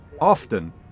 often